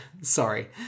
Sorry